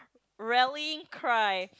rallying cry